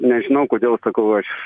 nežinau kodėl sakau aš